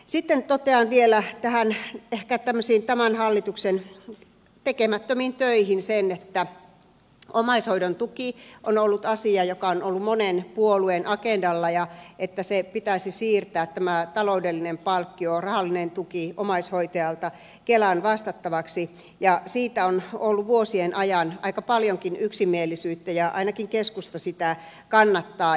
sitten totean vielä ehkä tämmöisiin tämän hallituksen tekemättömiin töihin sen että omaishoidon tuki on ollut asia joka on ollut monen puolueen agendalla ja että pitäisi siirtää tämä taloudellinen palkkio rahallinen tuki omaishoitajalle kelan vastattavaksi ja siitä on ollut vuosien ajan aika paljonkin yksimielisyyttä ja ainakin keskusta sitä kannattaa